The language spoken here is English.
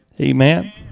Amen